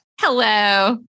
hello